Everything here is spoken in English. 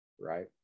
right